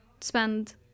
spend